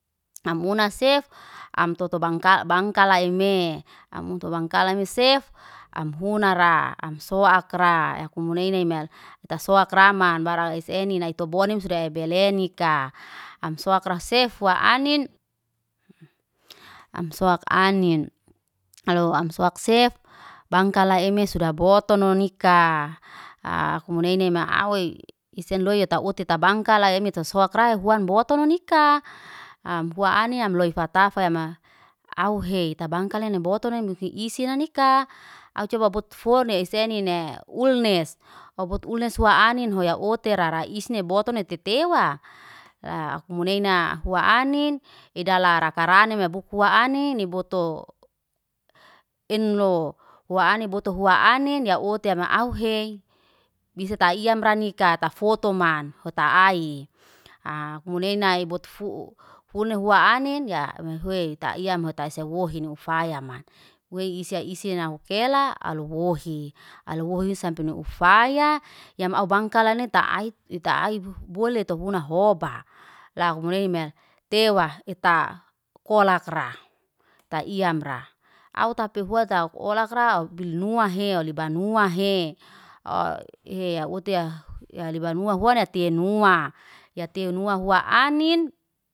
Am una sef, am toto bangka bangkalaime. Am utu bangkalaime me sef, am hunara, am sowakra. Yak munene me ita sowakraman, wara eseni nai toboni amsuda belenika. Am sowakra sef' wa anin, am sowak anin alou am sowak sef, bangkalai emes suda botono nikaa. Akumuneini ma awey isen loy ata ote ta bangkalai emeta sowakra huan botono nikaa. Am hua anin am loy fatafa ema auhe ta bangkalai ne nam boto ne isina nika. Au coba bot fone esenine, ulnes au boto ulnes wa anin hoya otera ra isne, botono tetewa. yak muneina hua anin edala rakai ranim buk fua anin, ni botow. Enlo wa anin boto hua anin, hua anin ya otoya ma auhe biserta iyamranika ta tafotoman hota ai. akmuneina eboto fu funa hua anin ya hwee, taiyam hotai sewohino fayamat. Wei isye isye nahukela alowohi. Alowohi sampe nu ufaya yam aubangkalanet ita ai, ta ai. Bole tohuna hoba, la humu neime tewa ita kolakra. Taiyam ra, autapi hua takolak ra aubilnua hey libanua hey au he oteya libanua hoana tenuaa, ya tenuaa hua anin.